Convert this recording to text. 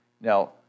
Now